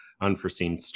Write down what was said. unforeseen